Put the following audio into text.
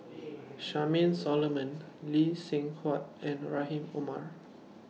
Charmaine Solomon Lee Seng Huat and Rahim Omar